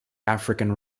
african